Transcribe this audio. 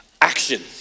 action